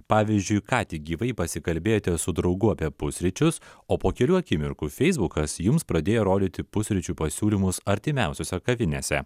pavyzdžiui ką tik gyvai pasikalbėjote su draugu apie pusryčius o po kelių akimirkų feisbukas jums pradėjo rodyti pusryčių pasiūlymus artimiausiose kavinėse